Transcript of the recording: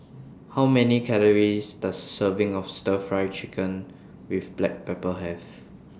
How Many Calories Does Serving of Stir Fry Chicken with Black Pepper Have